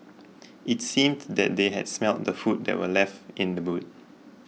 it seemed that they had smelt the food that were left in the boot